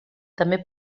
també